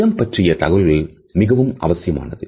இடம் பற்றிய தகவல்கள் மிகவும் அவசியமானது